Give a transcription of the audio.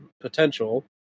potential